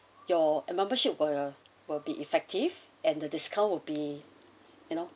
your membership where will be effective and the discount would be you know